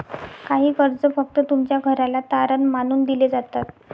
काही कर्ज फक्त तुमच्या घराला तारण मानून दिले जातात